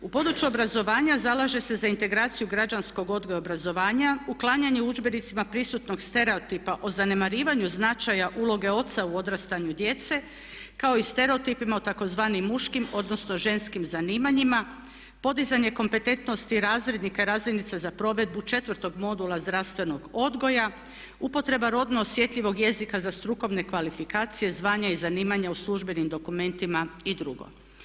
U području obrazovanja zalaže se za integraciju građanskog odgoja i obrazovanja, uklanjanje u udžbenicima prisutnog stereotipa o zanemarivanju značaja uloge oca u odrastanju djece kao i stereotipima o tzv. muškim odnosno ženskim zanimanjima, podizanje kompetentnosti razrednika i razrednica za provedbu četvrtog modula zdravstvenog odgoja, upotreba rodno osjetljivog jezika za strukovne kvalifikacije, zvanja i zanimanja u službenim dokumentima i drugo.